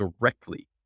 directly